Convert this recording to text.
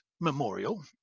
memorial